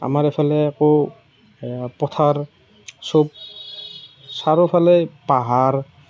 আমাৰ এইফালে আকৌ এ পথাৰ সব চাৰিওফালে পাহাৰ